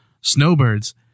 snowbirds